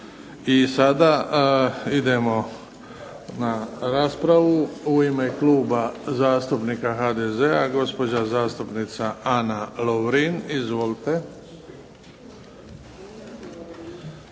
i sada na raspravu. U ime Kluba zastupnika HDZ-a gospođa zastupnica Ana Lovrin. Izvolite.